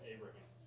Abraham